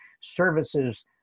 services